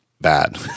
bad